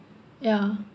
yeah